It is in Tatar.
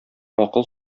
акыл